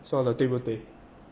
说的对不对